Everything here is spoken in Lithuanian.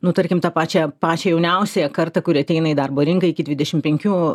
nu tarkim tą pačią pačią jauniausiąją kartą kuri ateina į darbo rinką iki dvidešimt penkių